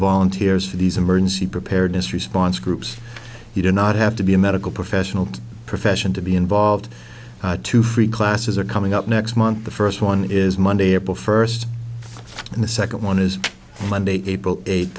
volunteers for these emergency preparedness response groups you do not have to be a medical professional profession to be involved too free classes are coming up next month the first one is monday april first and the second one is monday april eight